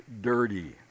dirty